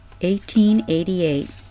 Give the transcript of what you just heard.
1888